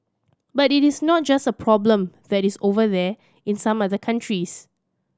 but it is not just a problem that is over there in some other countries